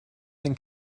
den